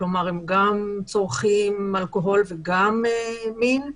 הם גם צורכים אלכוהול וגם מין,